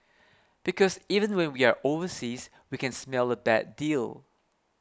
because even when we are overseas we can smell a bad deal